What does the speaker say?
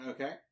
Okay